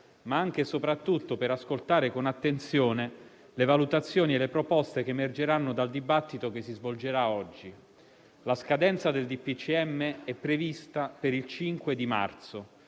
ma anche e soprattutto per ascoltare con attenzione le valutazioni e le proposte che emergeranno dal dibattito che si svolgerà oggi. La scadenza del DPCM è prevista per il 5 marzo;